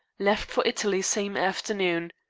left for italy same afternoon.